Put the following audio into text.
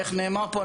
כמו שנאמר פה,